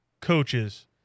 coaches